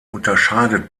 unterscheidet